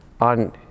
on